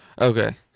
Okay